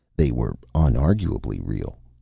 they were unarguably real.